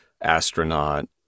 astronaut